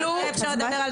אותם.